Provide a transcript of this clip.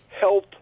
health